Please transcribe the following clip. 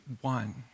one